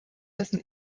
dessen